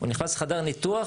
הוא נכנס לחדר ניתוח,